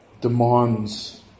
demands